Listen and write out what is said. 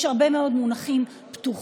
יש הרבה מאוד מונחים פתוחים,